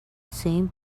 same